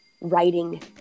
writing